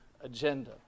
agenda